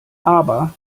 aber